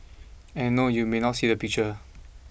and no you may not see a picture